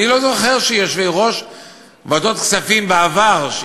אני לא זוכר שיושבי-ראש ועדות כספים בעבר,